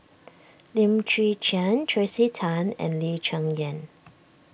Lim Chwee Chian Tracey Tan and Lee Cheng Yan